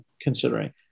considering